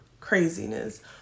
craziness